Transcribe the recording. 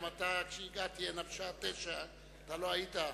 כשהגעתי הנה בשעה 09:00 אתה לא היית.